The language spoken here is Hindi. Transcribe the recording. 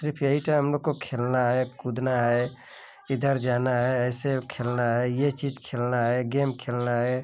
सिर्फ यही ठा हम लोग को खेलना है कूदना है इधर जाना है ऐसे खेलना है ये चीज खेलना है गेम खेलना है